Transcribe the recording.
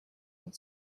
and